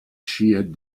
sheared